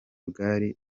bwari